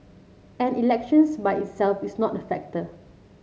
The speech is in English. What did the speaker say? and elections by itself is not a factor